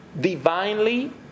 divinely